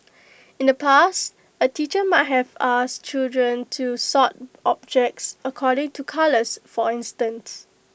in the past A teacher might have asked children to sort objects according to colours for instance